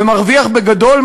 ומרוויח בגדול,